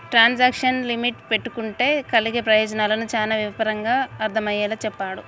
transaction limit పెట్టుకుంటే కలిగే ప్రయోజనాలను చానా వివరంగా అర్థమయ్యేలా చెప్పాడు